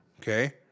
okay